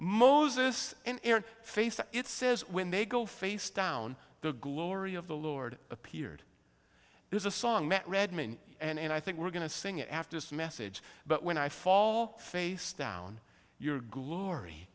in face it says when they go face down the glory of the lord appeared there's a song that read me and i think we're going to sing it after this message but when i fall face down your glory